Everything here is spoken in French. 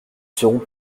seront